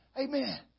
Amen